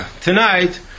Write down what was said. tonight